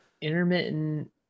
Intermittent